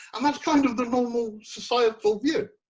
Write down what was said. and that's kind of the normal societal view.